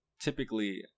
typically